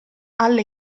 alle